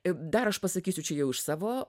dar aš pasakysiu čia jau iš savo